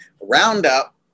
roundup